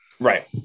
Right